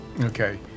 Okay